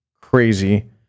crazy